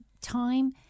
time